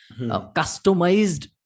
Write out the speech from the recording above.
customized